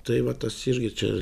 tai va tas irgi čia